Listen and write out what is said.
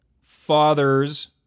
father's